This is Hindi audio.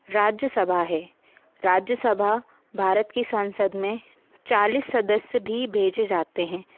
राज्यसभा है राज्यसभा भारत की संसद मे चालीस सदस्य भी भेजे जाते हैं